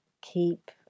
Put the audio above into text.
keep